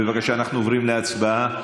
בבקשה, אנחנו עוברים להצבעה.